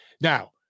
Now